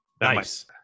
Nice